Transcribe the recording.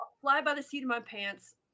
fly-by-the-seat-of-my-pants